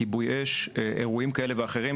כיבוי אש ואירועים כאלה ואחרים.